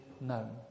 known